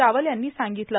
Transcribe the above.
रावल यांनी सांगितलं